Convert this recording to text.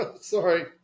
Sorry